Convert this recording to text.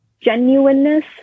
genuineness